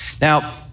Now